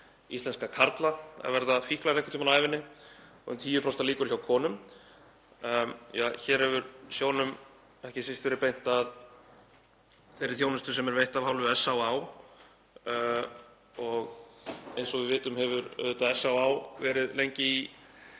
íslenska karla að verða fíklar einhvern tímann á ævinni og um 10% líkur hjá konum. Hér hefur sjónum ekki síst verið beint að þeirri þjónustu sem er veitt af hálfu SÁÁ. Eins og við vitum hefur SÁÁ lengi